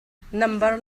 nambar